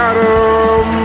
Adam